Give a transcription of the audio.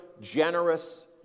generous